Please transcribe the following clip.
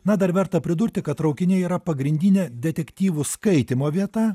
na dar verta pridurti kad traukiniai yra pagrindinė detektyvų skaitymo vieta